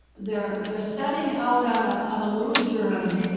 they're they're setting out on ah on a little journey.